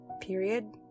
Period